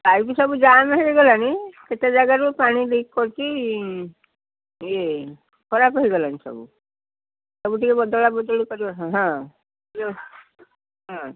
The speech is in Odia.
ପାଇପ୍ ସବୁ ଜାମ୍ ହେଇଗଲାଣି କେତେ ଜାଗାରୁ ପାଣି ଲିକ୍ କରୁଛି ଖରାପ ହେଇଗଲାଣି ସବୁ ସବୁ ଟିକେ ବଦଳାବୁଦୁଳି କରିବା ହାଁ ହଁ